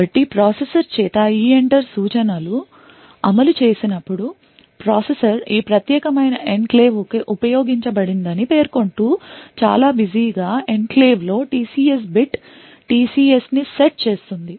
కాబట్టి ప్రాసెసర్ చేత EENTER సూచనను అమలు చేసినప్పుడు ప్రాసెసర్ ఈ ప్రత్యేకమైన ఎన్క్లేవ్ ఉపయోగించబడదని పేర్కొంటూ చాలా బిజీగా ఎన్క్లేవ్లో TCS బిట్ TCS ని సెట్ చేస్తుంది